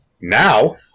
now